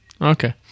Okay